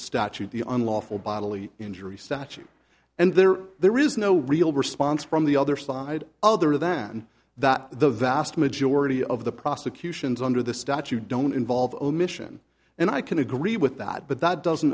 statute the unlawful bodily injury statute and there there is no real response from the other side other than that the vast majority of the prosecutions under the statute don't involve omission and i can agree with that but that doesn't